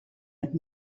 mit